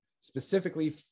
specifically